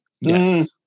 Yes